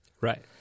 Right